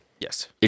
Yes